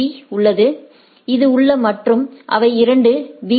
பீ உள்ளது இது உள் மற்றும் இவை இரண்டு பி